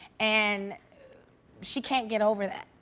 and she can't get over that.